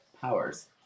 Powers